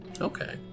Okay